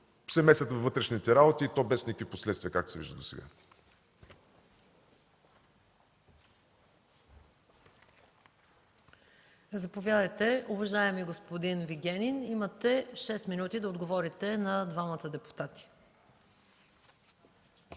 се месят във вътрешните работи, и то без никакви последствия, както се вижда досега?